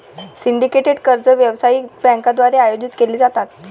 syndicated कर्ज व्यावसायिक बँकांद्वारे आयोजित केले जाते